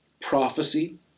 prophecy